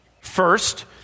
First